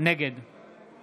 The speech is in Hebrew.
נגד